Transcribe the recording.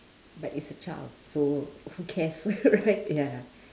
but it's a child so who cares right ya